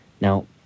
Now